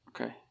Okay